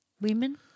women